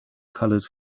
colored